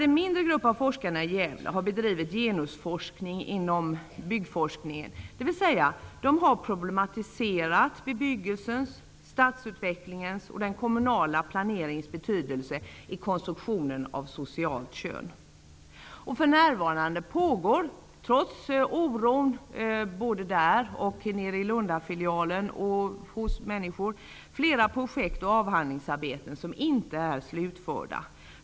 En mindre grupp av forskare i Gävle har bedrivit genusforskning inom byggforskningen, dvs. att de har problematiserat bebyggelsens, statsutvecklingens och den kommunala planeringens betydelse i konstruktionen av socialt kön. För närvarande pågår, trots människors oro såväl i Gävle som vid Lundafilialen, flera projekt och avhandlingsarbeten som inte är slutförda.